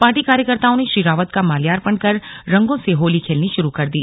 party कार्यकर्ताओं ने श्री रावत का माल्यार्पण कर रंगों से होली खेलनी शुरू कर दी